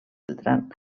malgrat